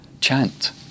chant